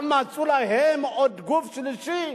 עכשיו מצאו להם גוף שלישי,